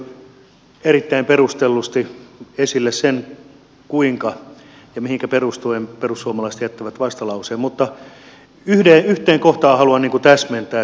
edustaja mäntylä toi erittäin perustellusti esille sen kuinka ja mihinkä perustuen perussuomalaiset jättävät vastalauseen mutta yhteen kohtaan haluan täsmentää